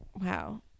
Wow